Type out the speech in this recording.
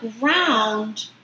ground